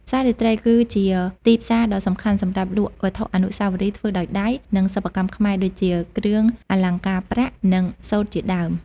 ផ្សាររាត្រីគឺជាទីផ្សារដ៏សំខាន់សម្រាប់លក់វត្ថុអនុស្សាវរីយ៍ធ្វើដោយដៃ និងសិប្បកម្មខ្មែរដូចជា គ្រឿងអលង្ការប្រាក់ និងសូត្រជាដើម។